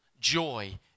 joy